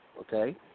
okay